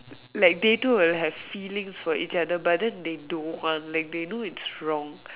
like they two will have feelings for each other but then they don't want like they know it's wrong